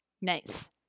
nice